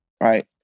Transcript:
right